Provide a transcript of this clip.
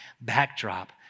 backdrop